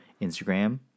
Instagram